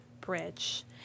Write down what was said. bridge